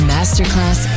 Masterclass